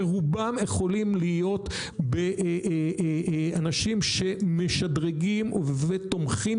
שרובם יכולים להיות אנשים שמשדרגים ותומכים